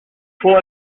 font